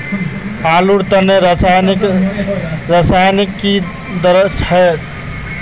आलूर तने की रासायनिक रासायनिक की दरकार?